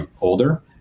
older